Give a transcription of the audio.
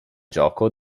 gioco